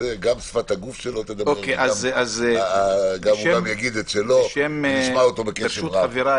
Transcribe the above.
הרשות לדבר והוא יגיד את שלו ונשמע אותו בקשב רב.